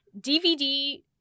DVD